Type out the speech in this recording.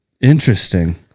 Interesting